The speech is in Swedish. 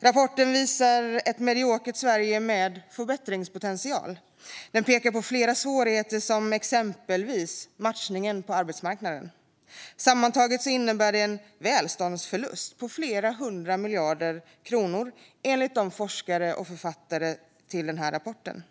Rapporten visar ett mediokert Sverige med förbättringspotential. Den pekar på flera svårigheter, exempelvis matchningen på arbetsmarknaden. Sammantaget innebär detta en välståndsförlust på flera hundra miljarder kronor, enligt de forskare och författare som står bakom rapporten.